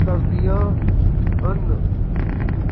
ਕਰਦੀਆਂ ਹਨ